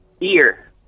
Ear